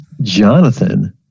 Jonathan